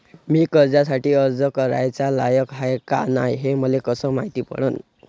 मी कर्जासाठी अर्ज कराचा लायक हाय का नाय हे मले कसं मायती पडन?